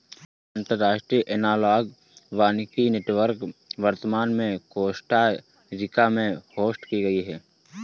अंतर्राष्ट्रीय एनालॉग वानिकी नेटवर्क वर्तमान में कोस्टा रिका में होस्ट की गयी है